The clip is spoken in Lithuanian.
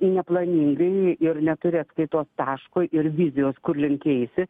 neplaningai ir neturi atskaitos taško ir vizijos kur link eisi